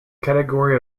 category